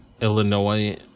Illinois